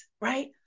right